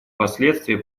последствия